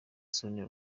sonia